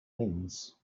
wins